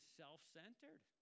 self-centered